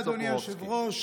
אדוני היושב-ראש,